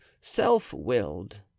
self-willed